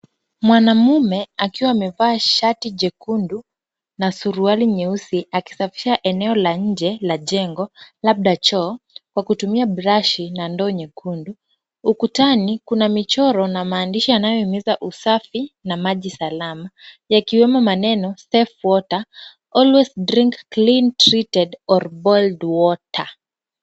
Mwanamume, akiwa amevaa shati jekundu, na suruali nyeusi akisafisha eneo la nje la jengo, labda choo, kwa kutumia brushi na ndoo nyekundu. Ukutani kuna michoro na maandishi yanayohimiza usafi na maji salama, yakiwemo maneno, safe water, always drink clean treated or boiled water .